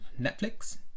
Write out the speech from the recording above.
Netflix